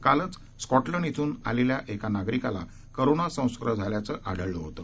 कालचस्कॉटलंडयेथूनआलेल्याएकानागरिकालाकोरोनासंसर्गझाल्याचंआढळलं होतं